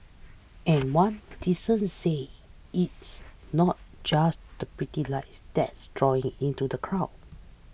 and one docent says it's not just the pretty lights that's drawing into the crowds